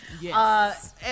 Yes